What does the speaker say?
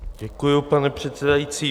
Děkuji, pane předsedající.